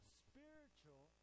spiritual